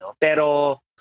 Pero